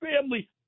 family